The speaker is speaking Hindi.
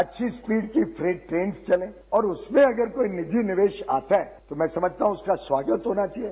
अच्छी स्पीड की ट्रेन चले और उसमें अगर कोई निजी निवेश आता है तो मैं समझता हूं उसका स्वागत होना चाहिए